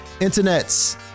Internet's